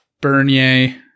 bernier